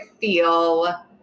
feel